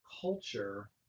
culture